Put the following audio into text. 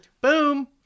Boom